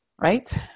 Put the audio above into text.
Right